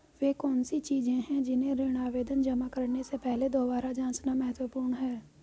वे कौन सी चीजें हैं जिन्हें ऋण आवेदन जमा करने से पहले दोबारा जांचना महत्वपूर्ण है?